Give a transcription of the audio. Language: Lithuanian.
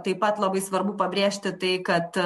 taip pat labai svarbu pabrėžti tai kad